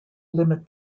limit